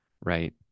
right